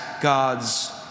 God's